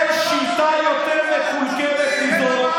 נתניהו, אין שיטה יותר מקולקלת מזו.